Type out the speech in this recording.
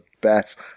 best